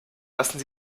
lassen